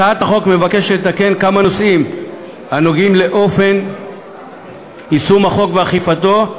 הצעת החוק מבקשת לתקן כמה נושאים הנוגעים באופן יישום החוק ואכיפתו,